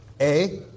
A-